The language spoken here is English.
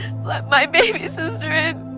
let my baby sister in.